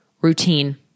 routine